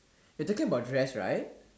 you're talking about dress right